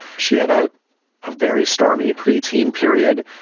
she had a ah very stormy pre-teen period,